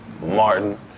Martin